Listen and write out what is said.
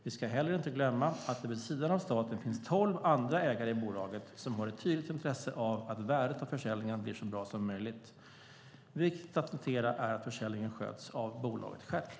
Vi ska inte heller glömma att det vid sidan av staten finns tolv andra ägare i bolaget som har ett tydligt intresse av att värdet av försäljningen blir så bra som möjligt. Viktigt att notera är att försäljningen sköts av bolaget självt.